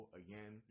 again